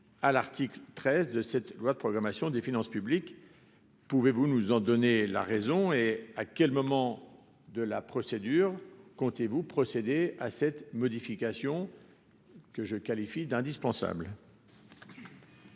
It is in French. à l'article 13 de cette loi de programmation des finances publiques, pouvez-vous nous en donner la raison et à quel moment de la procédure, comptez-vous procéder à cette modification que je qualifie d'indispensable.